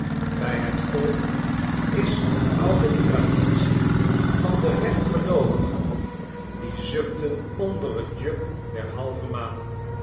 bij het volk is de oude traditie van de rechtgeloovigen die zuchten onder het juk der halve maan